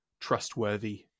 trustworthy